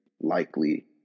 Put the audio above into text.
likely